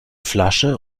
flasche